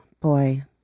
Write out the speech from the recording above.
Boy